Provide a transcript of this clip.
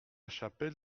chapelle